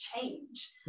change